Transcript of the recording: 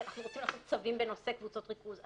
כי אנחנו רוצים לעשות צווים בנושא קבוצות ריכוז.